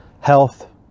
health